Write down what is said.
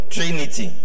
Trinity